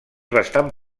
bastant